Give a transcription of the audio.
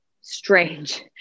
strange